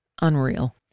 Unreal